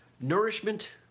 Nourishment